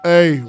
Hey